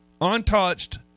untouched